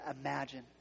imagine